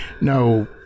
No